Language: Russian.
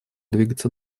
двигаться